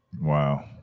Wow